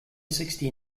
sixty